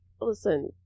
Listen